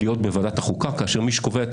להיות בוועדת החוקה כאשר מי שקובע את